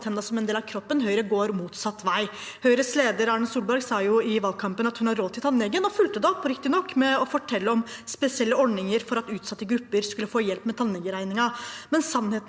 tennene som en del av kroppen, mens Høyre går motsatt vei. Høyres leder, Erna Solberg, sa i valgkampen at hun hadde råd til tannlege. Hun fulgte det riktignok opp med å fortelle om spesielle ordninger for at utsatte grupper skal få hjelp med tannlegeregningen. Sannheten